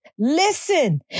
Listen